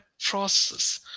process